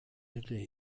ihre